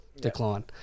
Decline